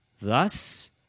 Thus